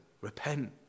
Repent